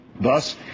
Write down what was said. Thus